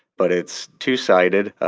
but it's two-sided.